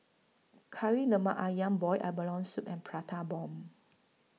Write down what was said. Kari Lemak Ayam boiled abalone Soup and Prata Bomb